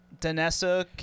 Danessa